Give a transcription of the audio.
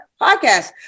podcast